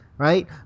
Right